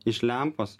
iš lempos